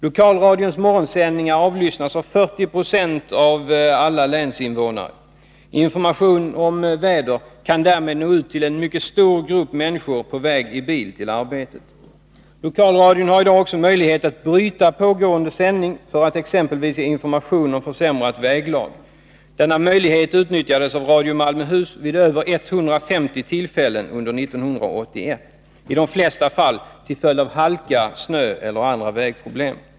Lokalradions morgonsändningar avlyssnas av 40 96 av alla länsinvånare. Information om vädret kan därmed nå ut till en mycket stor grupp människor på väg i bil till arbetet. Lokalradion har i dag också möjlighet att bryta pågående sändning för att exempelvis ge information om försämrat väglag. Denna möjlighet utnyttjades av Radio Malmöhus vid över 150 tillfällen under 1981, i de flesta fall på grund av halka, snö eller andra vägproblem.